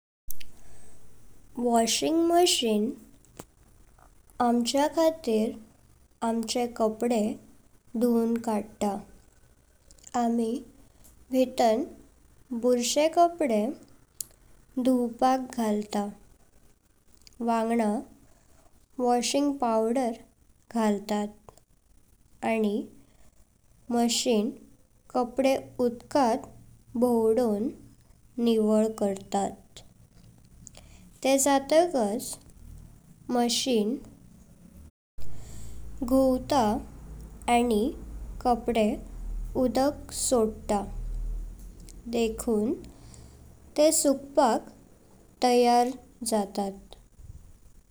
Washing machine आमचा खातीर आमचे कपडे धुवन कडता। आमी भीतन बुरशे कपडे धुवपाक घळता वंगडा वॉशिंग पाउडर घळतात आनी मशीन कपडे उदकांत भौवडवोन निवळ करतात। तेंह जाताकच मशीन घुवता आनी कपडे उदक सोडता, देखुन तेंह सुकपाक तैयार जातात।